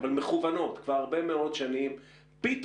אבל מכוונות כבר הרבה מאוד שנים,